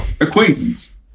Acquaintance